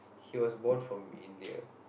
he was born from India